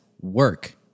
work